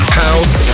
house